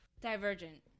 Divergent